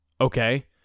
Okay